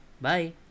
bye